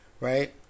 Right